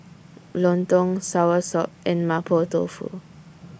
Lontong Soursop and Mapo Tofu